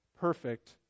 perfect